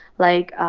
like,